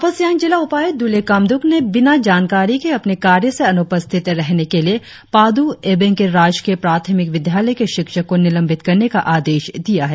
अपर सियांग जिला उपायुक्त द्वले काम्द्रक ने बिना जानकारी के अपने कार्य से अनुपस्थित रहने के लिए पादु एबेंग के राजकीय प्राथमिक विद्यालय के शिक्षक को निलंबित करने का आदेश दिया है